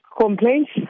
complaints